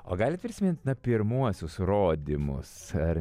o galit prisimint pirmuosius rodymus ar